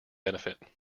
benefit